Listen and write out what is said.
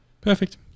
Perfect